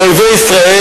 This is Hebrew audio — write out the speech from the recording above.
מאויבי ישראל,